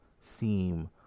seem